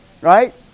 Right